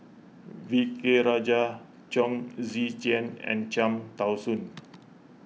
V K Rajah Chong Tze Chien and Cham Tao Soon